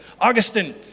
Augustine